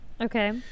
Okay